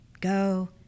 Go